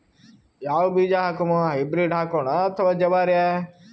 ಯಾವ ಬೀಜ ಹಾಕುಮ, ಹೈಬ್ರಿಡ್ ಹಾಕೋಣ ಅಥವಾ ಜವಾರಿ?